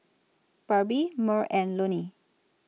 Barbie Merl and Loni